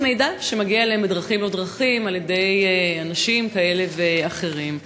מידע שמגיע אליהם בדרכים-לא-דרכים על-ידי אנשים כאלה ואחרים.